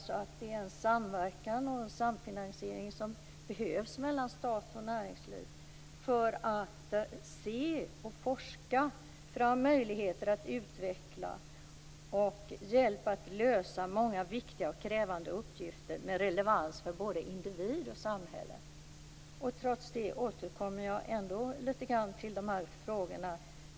Samverkan och samfinansiering behövs mellan stat och näringsliv för att se och forska fram möjligheter att utveckla och lösa många och viktiga, krävande uppgifter med relevans för både individ och samhälle. Jag återkommer ändå till följande fråga.